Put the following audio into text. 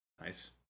Nice